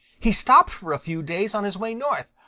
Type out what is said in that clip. he stopped for a few days on his way north.